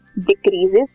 decreases